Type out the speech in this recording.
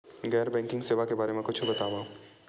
गैर बैंकिंग सेवा के बारे म कुछु बतावव?